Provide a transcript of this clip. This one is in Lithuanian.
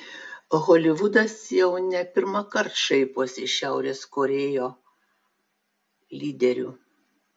holivudas jau ne pirmąkart šaiposi iš šiaurės korėjo lyderių